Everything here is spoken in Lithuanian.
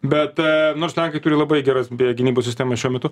bet a nors lenkai turi labai geras beje gynybos sistemą šiuo metu